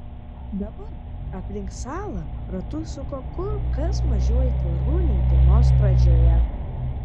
dabar aplink salą ratus suko kur kas mažiau aitvarų nei dienos pradžioje